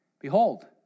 Behold